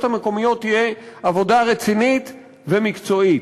המקומיות תהיה עבודה רצינית ומקצועית.